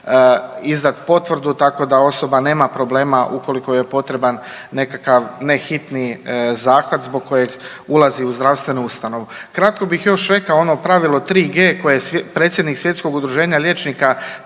izdati potvrdu tako da osoba nema problema ukoliko joj je potreban nekakav ne hitni zahvat zbog kojeg ulazi u zdravstvenu ustanovu. Kratko bih još rekao ono pravilo 3G koje je predsjednik Svjetskog udruženja liječnika